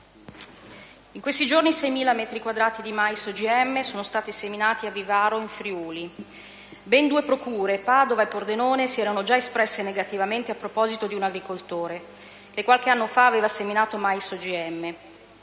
in questi giorni 6.000 metri quadrati di mais OGM sono stati seminati a Vivaro, in Friuli. Ben due procure, Padova e Pordenone, si erano già espresse negativamente a proposito di un agricoltore che qualche anno fa aveva seminato mais OGM.